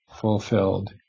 fulfilled